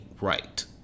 right